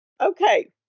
okay